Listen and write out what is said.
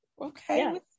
Okay